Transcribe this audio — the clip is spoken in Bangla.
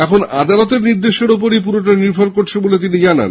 এখন আদালতের নির্দেশের ওপরই পুরোটা নির্ভর করবে বলে তিনি জানান